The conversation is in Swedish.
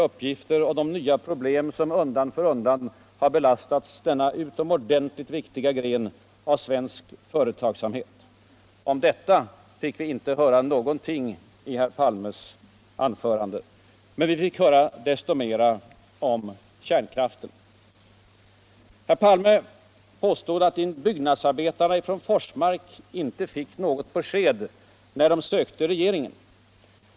uppgifter och problem som undan för undan har belastat denna utomordentligt viktiga gren av svensk företagsamhet? Om detta fick vi inte höra någonting I herr Palmes anförande. Men vi fick höra desto mer om kärnkraften. Herr Palme påstod att byggnadsarbetarna tfrån Forsmark inte fick något besked niär de sökte regeringen.